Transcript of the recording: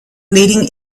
leading